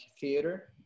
theater